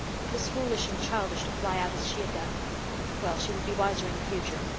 it was foolish and childish to fly out as she had done well, she would be wiser in the future,